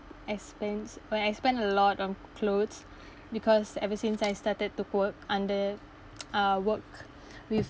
expense when I spend a lot of clothes because ever since I started to work under uh work with